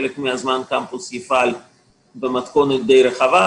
חלק מהזמן הקמפוס יפעל במתכונת די רחבה,